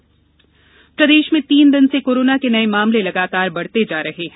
corona प्रदेश प्रदेश में तीन दिन से कोरोना के नये मामले लगातार बढ़ते जा रहे हैं